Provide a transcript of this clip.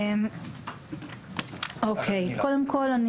קודם כול,